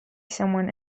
someone